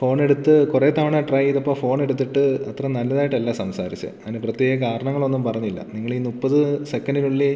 phone എടുത്ത് കുറെ തവണ ട്രൈ ചെയ്തപ്പോൾ ഫോൺ എടുത്തിട്ട് അത്ര നല്ലതായിട്ടല്ല സംസാരിച്ചത് അതിന് പ്രത്യേക കാരണങ്ങൾ ഒന്നും പറഞ്ഞില്ല നിങ്ങൾ ഈ മുപ്പത് സെക്കൻഡിനുള്ളിൽ